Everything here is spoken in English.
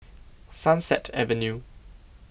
Sunset Avenue